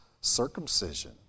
circumcision